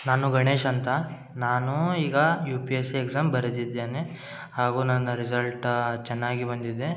ನಾನು ಗಣೇಶ್ ಅಂತ ನಾನು ಈಗ ಯು ಪಿ ಎಸ್ ಎಕ್ಸಾಮ್ ಬರೆದಿದ್ದೇನೆ ಹಾಗೂ ನನ್ನ ರಿಝಲ್ಟ್ ಚೆನ್ನಾಗಿ ಬಂದಿದೆ